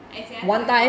as if I thought you got